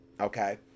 okay